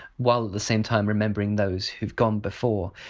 while the same time remembering those who've gone before.